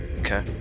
Okay